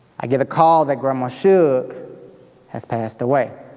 i get a call that grandma shug has passed away.